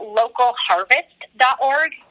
localharvest.org